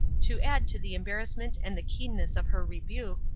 to add to the embarrassment and the keenness of her rebuke,